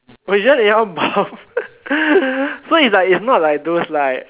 okay just anyhow bomb so it's like not like those like